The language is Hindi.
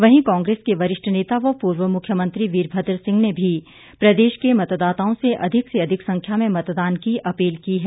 वहीं कांग्रेस के वरिष्ठ नेता वे पूर्व मुख्यमंत्री वीरभद्र सिंह ने भी प्रदेश के मतदाताओ से अधिक से अधिक संख्या में मतदान की अपील की है